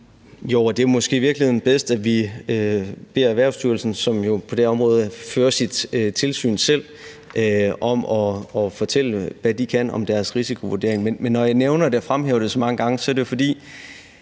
bedst, at vi beder Erhvervsstyrelsen, som jo på det område fører sit tilsyn selv, om at fortælle, hvad de kan, og om deres risikovurdering. Men når jeg nævner det og fremhæver det så mange gange, er det for